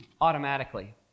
automatically